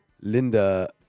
Linda